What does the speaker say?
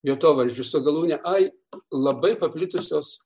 vietovardžių su galūne ai labai paplitusios